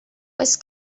oes